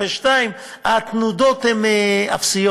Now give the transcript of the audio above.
0.1%, 0.2%. התנודות הן אפסיות.